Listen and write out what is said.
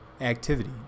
activity